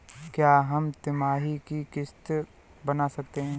क्या हम तिमाही की किस्त बना सकते हैं?